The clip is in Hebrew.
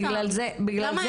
בגלל זה רציתי